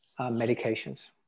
medications